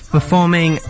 performing